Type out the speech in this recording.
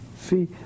See